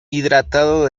hidratado